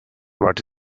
what